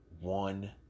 One